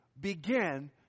begin